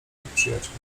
przyjaciół